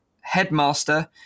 Headmaster